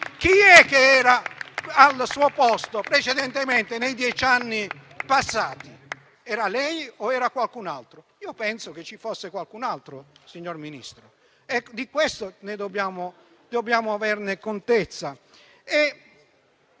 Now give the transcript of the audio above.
Chi era al suo posto nei dieci anni passati? Era lei o qualcun altro? Io penso che ci fosse qualcun altro, signor Ministro. Dobbiamo averne contezza.